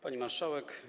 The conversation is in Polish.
Pani Marszałek!